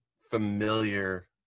familiar